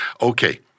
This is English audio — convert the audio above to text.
Okay